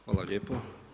Hvala lijepo.